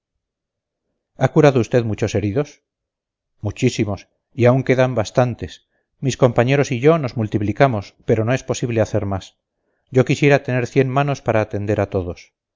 ha curado usted muchos heridos muchísimos y aún quedan bastantes mis compañeros y yo nos multiplicamos pero no es posible hacer más yo quisiera tener cien manos para atender a todos